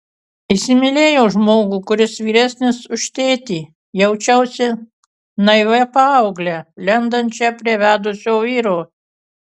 įsimylėjo žmogų kuris vyresnis už tėtį jaučiausi naivia paaugle lendančia prie vedusio vyro